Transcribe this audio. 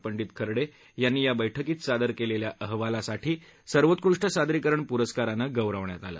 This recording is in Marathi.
पंडित खर्डे यांनी या बैठकीत सादर केलेल्या अहवालासाठी सर्वोत्कृष्ट सादरीकरण पुरस्कारानं गौरवण्यात आलं